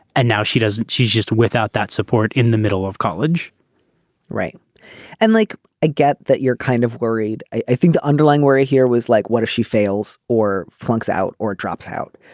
and now she doesn't she's just without that support in the middle of college right and like i get that you're kind of worried. i think the underlying worry here was like what if she fails or flunks out or drops out.